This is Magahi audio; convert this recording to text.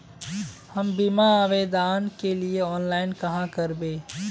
हम बीमा आवेदान के लिए ऑनलाइन कहाँ करबे?